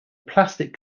plastic